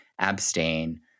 abstain